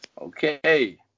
okay